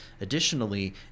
Additionally